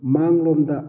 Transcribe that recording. ꯃꯥꯡꯂꯣꯝꯗ